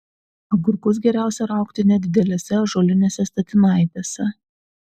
agurkus geriausia raugti nedidelėse ąžuolinėse statinaitėse